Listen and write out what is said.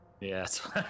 Yes